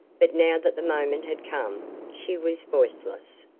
but now that the moment had come she was voiceless.